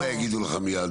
אתה יודע מה יגידו לך מיד,